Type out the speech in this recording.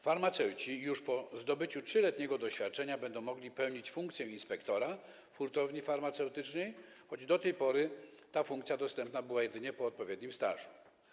Farmaceuci już po zdobyciu 3-letniego doświadczenia będą mogli pełnić funkcję inspektora w hurtowni farmaceutycznej, choć do tej pory ta funkcja dostępna była jedynie po odpowiednim stażu.